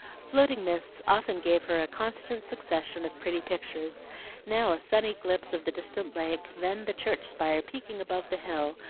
floating mists often gave her a constant succession of pretty pictures now a sunny glimpse of the distant lake, then the church spire peeping above the hill,